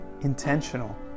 intentional